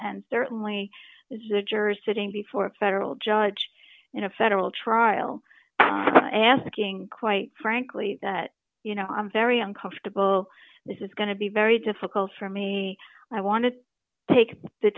and certainly the jurors sitting before a federal judge in a federal trial asking quite frankly that you know i'm very uncomfortable this is going to be very difficult for me i want to take the